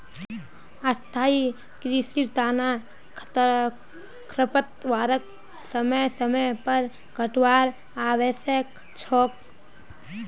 स्थाई कृषिर तना खरपतवारक समय समय पर काटवार आवश्यक छोक